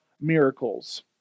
miracles